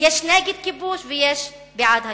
יש נגד כיבוש ויש בעד הכיבוש,